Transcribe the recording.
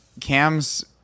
cams